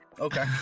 Okay